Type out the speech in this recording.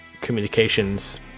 communications